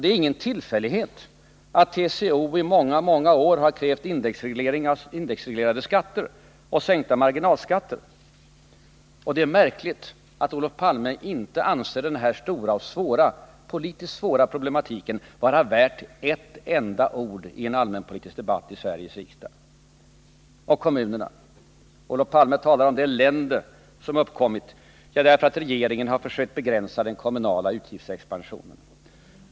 Det är ingen tillfällighet att TCO under många år har krävt indexreglering av skatterna och sänkning av marginalskatterna, och det är märkligt att Olof Palme inte anser denna stora och politiskt svåra problematik vara värd ett enda ord i en allmänpolitisk debatt i Sveriges riksdag. När det gäller kommunerna talar Olof Palme om det elände som uppkommit därför att regeringen har försökt begränsa den kommunala utgiftsexpansionen.